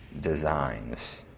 designs